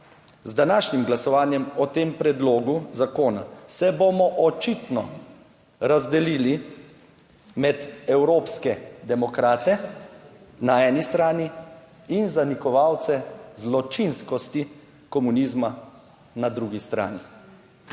Z današnjim glasovanjem o tem predlogu zakona se bomo očitno razdelili med Evropske demokrate na eni strani in zanikovalce zločinskosti komunizma na drugi strani.